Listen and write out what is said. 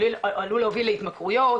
זה עלול להוביל להתמכרויות,